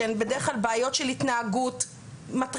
שהן בדרך כלל בעיות של התנהגות מתריסה,